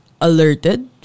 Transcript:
alerted